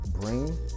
bring